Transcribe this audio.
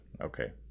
okay